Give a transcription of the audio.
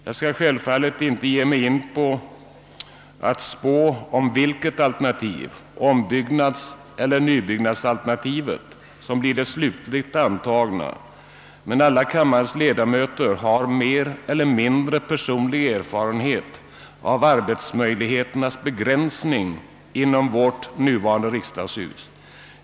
Jag skall självfallet inte ge mig in på att spå om vilket alternativ, ombyggnadseller nybyggnadsalternativet, som slutligen kommer att antas, men alla kammarens ledamöter har mer eller mindre personlig erfarenhet av arbetsmöjligheternas begränsning i det nuvarande riksdagshuset.